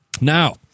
Now